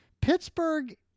pittsburgh